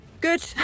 Good